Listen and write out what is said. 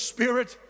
Spirit